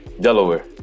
Delaware